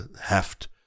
heft